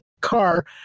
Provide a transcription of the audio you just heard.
car